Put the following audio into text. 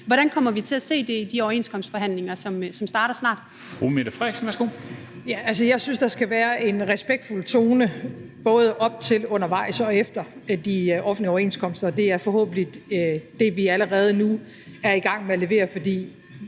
værsgo. Kl. 13:17 Mette Frederiksen (S): Altså, jeg synes, der skal være en respektfuld tone, både op til, undervejs og efter de offentlige overenskomster. Det er forhåbentlig det, vi allerede nu er i gang med at levere, for